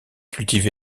cultivé